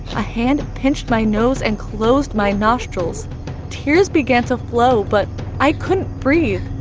a hand pinched my nose and closed my nostrils tears began to flow but i couldn't breathe!